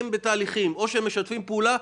אם הם לא משתפים פעולה,